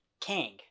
Kang